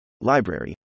library